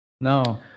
No